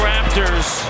Raptors